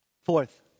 fourth